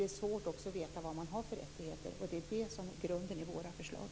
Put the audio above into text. Det är också svårt att veta vilka rättigheter man har. Det är det som är grunden i våra förslag.